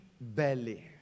belly